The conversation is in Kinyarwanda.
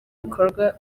bikorwa